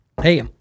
Hey